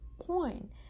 point